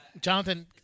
Jonathan